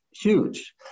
huge